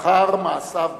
אחר מעשיו בפועל.